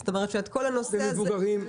ומבוגרים?